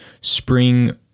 Spring